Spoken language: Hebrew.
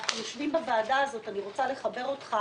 אנחנו יושבים בוועדה הזאת אני רוצה לחבר אותך